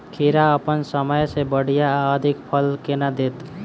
खीरा अप्पन समय सँ बढ़िया आ अधिक फल केना देत?